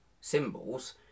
symbols